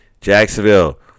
Jacksonville